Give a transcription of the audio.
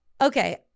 Okay